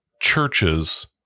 churches